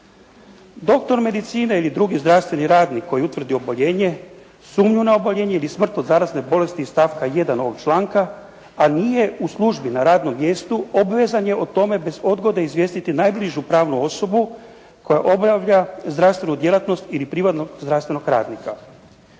Doktor medicine ili drugi zdravstveni radnik koji utvrdi oboljenje, sumnju na oboljenje ili smrt od zarazne bolesti iz stavka 1. ovog članka, a nije u službi na radnom mjestu, obvezan je o tome bez odgode izvijestiti najbližu pravnu osobu koja obavlja zdravstvenu djelatnost ili privatnog zdravstvenog radnika.